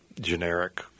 generic